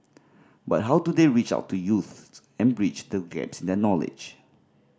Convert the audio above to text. but how do they reach out to youths and bridge the gaps in their knowledge